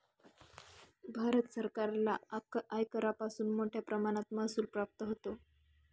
भारत सरकारला आयकरापासून मोठया प्रमाणात महसूल प्राप्त होतो